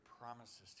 promises